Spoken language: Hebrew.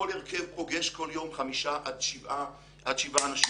כל הרכב פוגש כל יום חמישה עד שבעה אנשים.